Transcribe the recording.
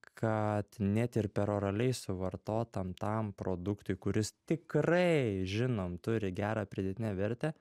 kad net ir peroraliai suvartotam tam produktui kuris tikrai žinom turi gerą pridėtinę vertę